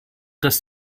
dass